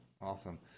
Awesome